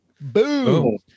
Boom